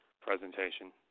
presentation